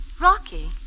Rocky